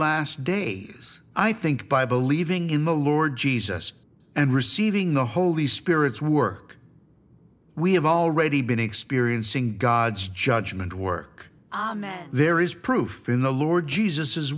last days i think by believing in the lord jesus and receiving the holy spirit's work we have already been experiencing god's judgment work there is proof in the lord jesus